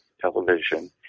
television